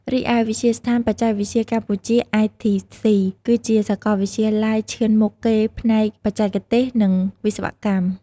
រីឯ វិទ្យាស្ថានបច្ចេកវិទ្យាកម្ពុជា ITC គឺជាសាកលវិទ្យាល័យឈានមុខគេផ្នែកបច្ចេកទេស និងវិស្វកម្ម។